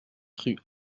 rue